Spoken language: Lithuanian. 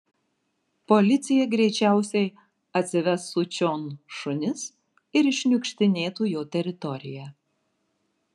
policija greičiausiai atsivestų čion šunis ir iššniukštinėtų jo teritoriją